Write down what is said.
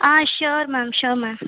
ah sure ma'am sure ma'am